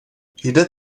jde